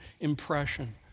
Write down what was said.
impression